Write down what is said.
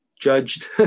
judged